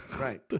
Right